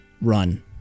run